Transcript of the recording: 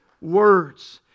words